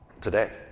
today